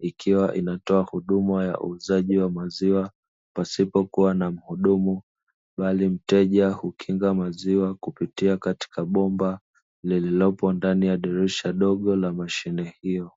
ikiwa inatoa huduma ya uuzaji wa maziwa pasipo kuwa na mhudumu bali mteja hukinga maziwa kupitia katika bomba lililopo ndani ya dirisha dogo la mshine hiyo.